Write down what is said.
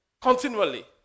continually